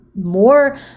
more